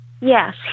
Yes